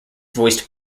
voiced